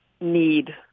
need